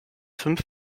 fünf